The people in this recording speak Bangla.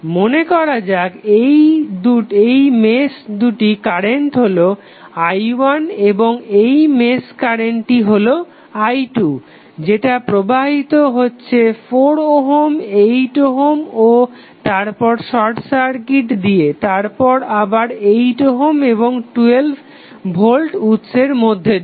মনে করা যাক এই মেশ কারেন্টটি হলো i1 এবং এই মেশ কারেন্টটি হলো i2 যেটা প্রবাহিত হচ্ছে 4 ওহম 8 ওহম ও তারপর শর্ট সার্কিট দিয়ে তারপর আবার 8 ওহম এবং 12 ভোল্ট উৎসের মধ্যে দিয়ে